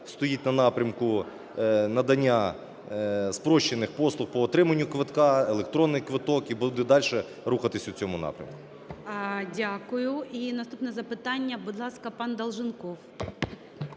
стоїть на напрямку надання спрощених послуг по отриманню квитка, електронний квиток і далі рухатися у цьому напрямку. ГОЛОВУЮЧИЙ. Дякую. І наступне запитання. Будь ласка, пан Долженков.